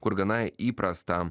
kur gana įprasta